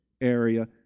area